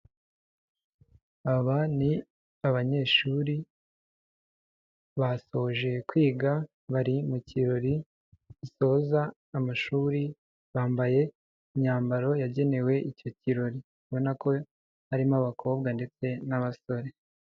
Aba ni abanyeshuri basoje kwiga bari mu kirori gisoza amashuri bambaye imyambaro yagenewe icyo kirori ubona ko harimo abakobwa ndetse n'abasore.